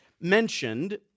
mentioned